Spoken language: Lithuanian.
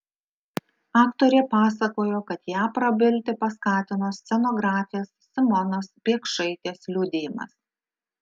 aktorė pasakojo kad ją prabilti paskatino scenografės simonos biekšaitės liudijimas